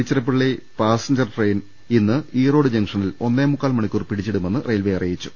Palakkad town Tiruchirappalli passenger train ഇന്ന് ഈറോഡ് ജങ്ഷനിൽ ഒന്നേമുക്കാൽ മണിക്കൂർ പിടിച്ചിടുമെന്ന് റെയിൽവേ അറിയിച്ചു